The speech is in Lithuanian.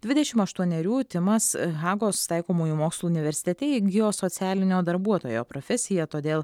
dvidešimt aštuonerių timas hagos taikomųjų mokslų universitete įgijo socialinio darbuotojo profesiją todėl